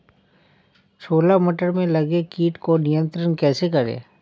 छोला मटर में लगे कीट को नियंत्रण कैसे करें?